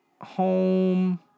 home